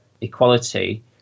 equality